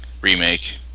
remake